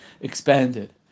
expanded